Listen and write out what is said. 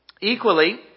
Equally